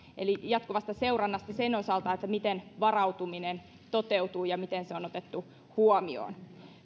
eli jatkuvasta seurannasta sen osalta miten varautuminen toteutuu ja miten se on otettu huomioon